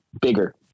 bigger